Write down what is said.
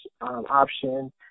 option